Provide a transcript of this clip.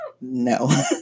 No